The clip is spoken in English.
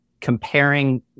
comparing